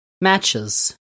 matches